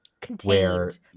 Contained